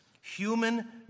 Human